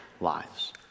lives